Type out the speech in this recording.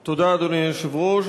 תודה, אדוני היושב-ראש.